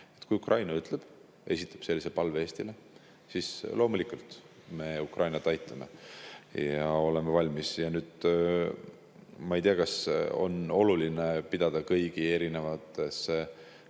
Kui Ukraina esitab sellise palve Eestile, siis loomulikult me Ukrainat aitame ja oleme valmis. Ma ei tea, kas on oluline pidada kõigi erinevate,